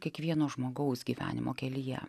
kiekvieno žmogaus gyvenimo kelyje